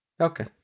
Okay